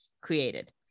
created